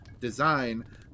design